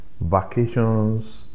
vacations